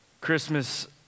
Christmas